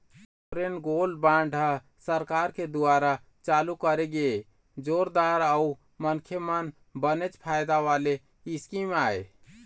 sovereign gold bond ह सरकार के दुवारा चालू करे गे जोरदार अउ मनखे मन बनेच फायदा वाले स्कीम आय